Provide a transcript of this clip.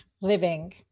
living